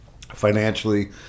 financially